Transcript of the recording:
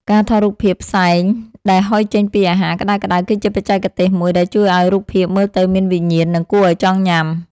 ការថតរូបភាពផ្សែងដែលហុយចេញពីអាហារក្ដៅៗ គឺជាបច្ចេកទេសមួយដែលជួយឱ្យរូបភាពមើលទៅមានវិញ្ញាណ និងគួរឱ្យចង់ញ៉ាំ។